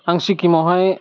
आं सिक्किमावहाय